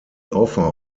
offer